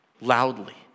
loudly